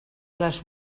les